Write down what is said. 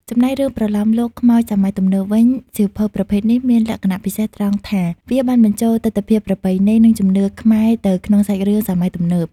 ចំណែករឿងប្រលោមលោកខ្មោចសម័យទំនើបវិញ សៀវភៅប្រភេទនេះមានលក្ខណៈពិសេសត្រង់ថា វាបានបញ្ចូលទិដ្ឋភាពប្រពៃណី និងជំនឿខ្មែរទៅក្នុងសាច់រឿងសម័យទំនើប។